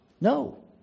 No